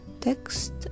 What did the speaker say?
text